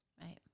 Right